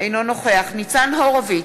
אינו נוכח ניצן הורוביץ,